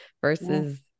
versus